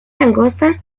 langosta